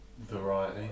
Variety